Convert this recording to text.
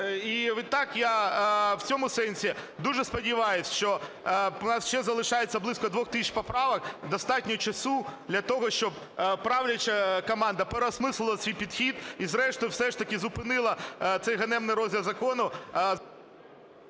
І відтак я в цьому сенсі дуже сподіваюсь, що у нас ще залишається близько 2 тисяч поправок, достатньо часу для того, щоб правляча команда порозмислила свій підхід і зрештою все ж таки зупинила цей ганебний розгляд закону…